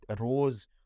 arose